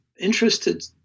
interested